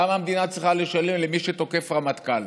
למה המדינה צריכה לשלם למי שתוקף רמטכ"ל?